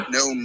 no